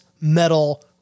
metal